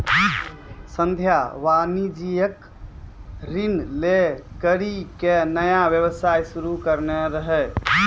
संध्या वाणिज्यिक ऋण लै करि के नया व्यवसाय शुरू करने रहै